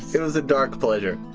it was a dark pleasure.